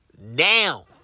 now